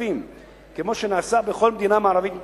כמו שנעשה בכל מדינה מערבית מתוקנת.